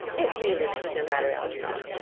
it really makes no matter, algernon.